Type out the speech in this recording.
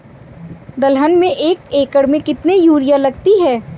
दलहन में एक एकण में कितनी यूरिया लगती है?